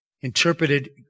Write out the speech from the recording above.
interpreted